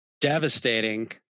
devastating